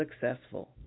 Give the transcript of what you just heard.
successful